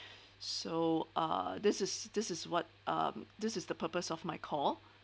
so uh this is this is what uh this is the purpose of my call